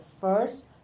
first